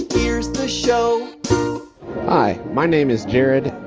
here's the show hi, my name is jared,